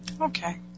Okay